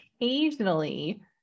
occasionally